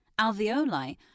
Alveoli